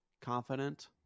confident